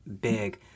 big